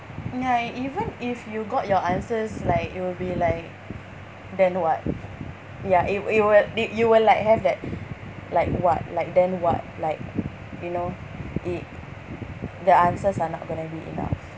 ya even if you got your answers like it'll be like then what ya it it will it you will like have that like what like then what like you know it the answers are not gonna be enough